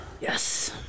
Yes